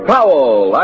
Powell